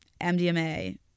mdma